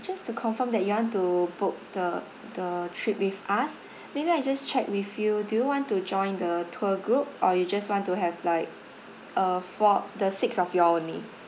just to confirm that you want to book the the trip with us maybe I just check with you do you want to join the tour group or you just want to have like uh for the six of you all only